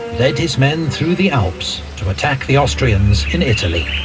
led his men through the alps to attack the austrians in italy.